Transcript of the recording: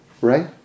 Right